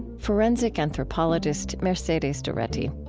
forensic anthropologist mercedes doretti.